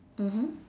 mmhmm